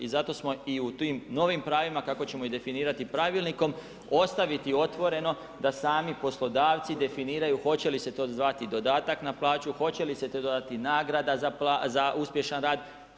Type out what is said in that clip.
I zato smo i u tim novim pravima, kako ćemo ih definirati pravilnikom, ostaviti otvoreno da sami poslodavci definiraju, hoće li se to zvati dodatak na plaću, hoće li se to dodatnih nagrada, za uspješni rad.